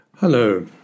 Hello